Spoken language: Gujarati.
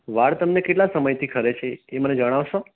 વાળ તમને કેટલા સમયથી ખરે છે એ મને જણાવશો